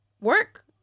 work